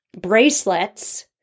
bracelets